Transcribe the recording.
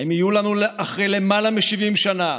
האם יהיו לנו, אחרי למעלה מ-70 שנה,